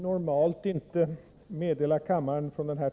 Herr talman!